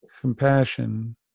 compassion